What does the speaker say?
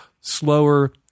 slower